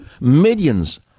Millions